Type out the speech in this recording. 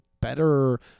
better